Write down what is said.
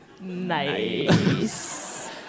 Nice